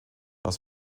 aus